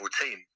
team